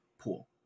pool